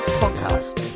podcast